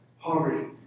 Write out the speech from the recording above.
Poverty